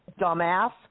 dumbass